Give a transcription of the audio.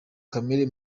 kamere